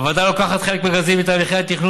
הוועדה לוקחת חלק מרכזי בתהליכי התכנון